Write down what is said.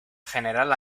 general